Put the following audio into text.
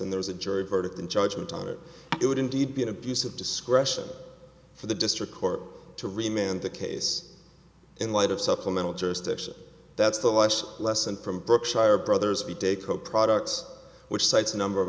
and there is a jury verdict in judgment on it it would indeed be an abuse of discretion for the district court to remain the case in light of supplemental jurisdiction that's the last lesson from brooke shire brothers a day coke products which cites a number of